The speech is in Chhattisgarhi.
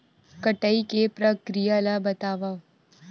कटाई के प्रक्रिया ला बतावव?